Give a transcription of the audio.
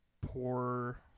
poor